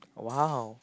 !wow!